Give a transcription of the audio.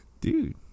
Dude